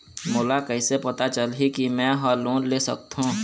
मोला कइसे पता चलही कि मैं ह लोन ले सकथों?